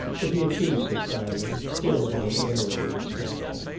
but he achieved it finally, still with an air of abstraction,